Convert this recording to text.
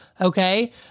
Okay